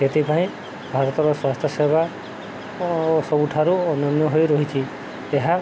ସେଥିପାଇଁ ଭାରତର ସ୍ୱାସ୍ଥ୍ୟ ସେବା ସବୁଠାରୁ ଅନନ୍ୟ ହୋଇ ରହିଛି ଏହା